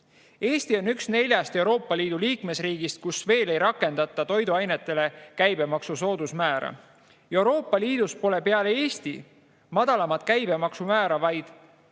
Eesti on üks neljast Euroopa Liidu liikmesriigist, kes veel ei rakenda toiduainetele käibemaksu soodusmäära. Euroopa Liidus pole peale Eesti madalamat käibemaksumäära vaid Leedus